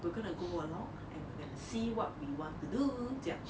we're gonna go along and we're going to see what we want to do 这样